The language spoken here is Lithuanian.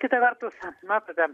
kita vertus matote